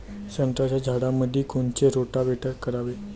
संत्र्याच्या झाडामंदी कोनचे रोटावेटर करावे?